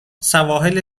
سواحل